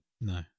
No